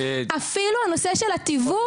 אפילו הנושא של התיווך.